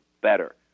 better